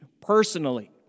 personally